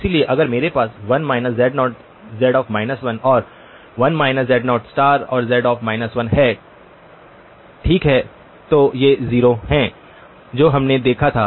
इसलिए अगर मेरे पास 1 z0z 1 और 1 z0z 1 है ठीक है तो ये 0 हैं जो हमने देखा था